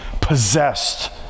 possessed